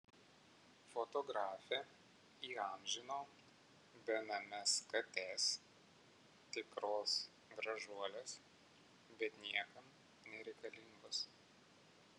fotografė įamžino benames kates tikros gražuolės bet niekam nereikalingos